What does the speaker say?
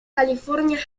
california